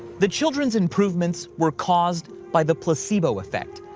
the children's improvements were caused by the placebo effect.